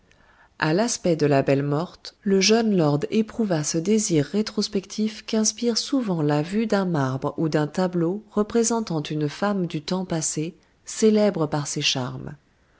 à l'aspect de la belle morte le jeune lord éprouva ce désir rétrospectif qu'inspire souvent la vue d'un marbre ou d'un tableau représentant une femme du temps passé célèbre par ses charmes